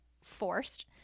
forced